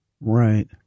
Right